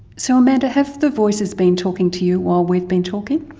so amanda, have the voices been talking to you while we've been talking?